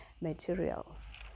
materials